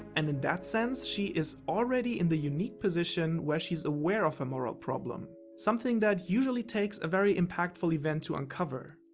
and in that sense, she is already in the unique position, where she is aware of her moral problem. something that usually takes a very impactful event event to uncover.